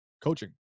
coaching